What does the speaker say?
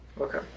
Okay